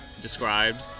described